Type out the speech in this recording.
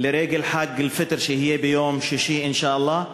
לרגל חג אל-פיטר שיהיה ביום שישי אינשאללה.